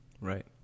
Right